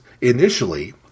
initially